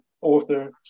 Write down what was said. Author